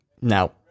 Now